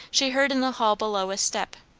she heard in the hall below a step,